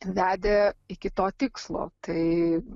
vedė iki to tikslo tai